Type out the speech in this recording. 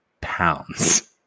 pounds